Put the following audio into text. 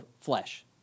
flesh